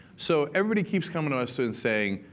so everybody keeps coming to us so and saying,